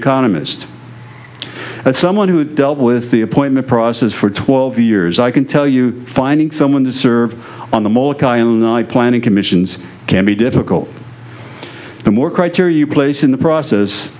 economist and someone who had dealt with the appointment process for twelve years i can tell you finding someone to serve on the mall planning commissions can be difficult the more criteria you place in the process